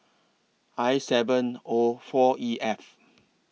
I seven O four E F